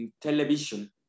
television